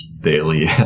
daily